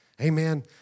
Amen